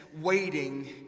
waiting